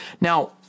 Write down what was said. Now